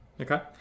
Okay